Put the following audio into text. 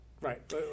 Right